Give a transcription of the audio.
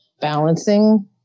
balancing